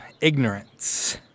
ignorance